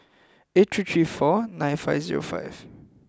eight three three four nine five zero five